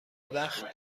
وقت